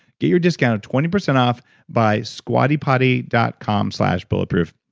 get your discount of twenty percent off by squattypotty dot com slash bulletproof.